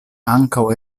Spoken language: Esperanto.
ankaŭ